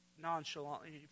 nonchalantly